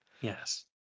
Yes